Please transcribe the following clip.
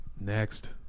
Next